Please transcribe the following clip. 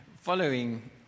following